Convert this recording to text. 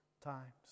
times